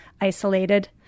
isolated